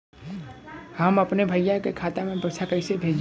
हम अपने भईया के खाता में पैसा कईसे भेजी?